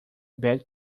bad